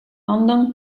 london